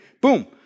Boom